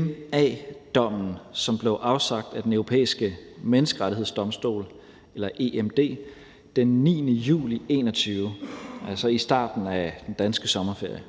M.A.-dommen, som blev afsagt af Den Europæiske Menneskerettighedsdomstol, EMD, den 9. juli 2021, altså i starten af den danske sommerferie.